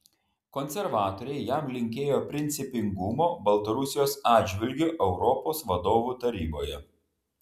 konservatoriai jam linkėjo principingumo baltarusijos atžvilgiu europos vadovų taryboje